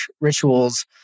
rituals